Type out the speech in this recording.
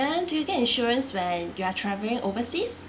then do you get insurance when you are travelling overseas